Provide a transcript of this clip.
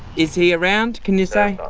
is he around, can you say?